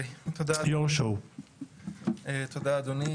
תודה אדוני.